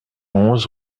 onze